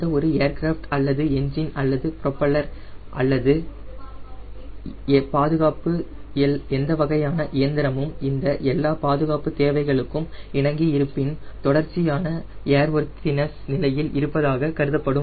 இந்த ஒரு ஏர்கிராஃப்ட் அல்லது என்ஜின் அல்லது ப்ரோப்பல்லர் அல்லது எந்த வகையான இயந்திரமும் இந்த எல்லா பாதுகாப்பு தேவைகளுக்கும் இணங்கி இருப்பின் தொடர்ச்சியான ஏர்வொர்த்தினஸ் நிலையில் இருப்பதாக கருதப்படும்